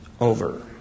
over